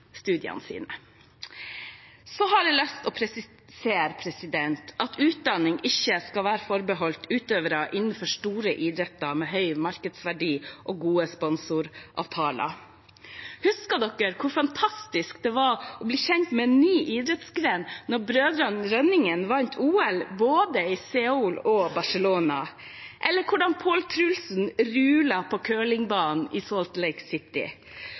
studiene sine. Jeg har lyst til å presisere at utdanning ikke skal være forbeholdt utøvere innenfor store idretter med stor markedsverdi og gode sponsoravtaler. Husker dere hvor fantastisk det var å bli kjent med en ny idrettsgren da brødrene Rønningen vant OL i både Seoul og Barcelona, eller da Pål Trulsen rulet curlingbanen i